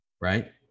right